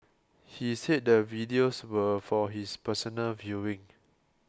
he said the videos were for his personal viewing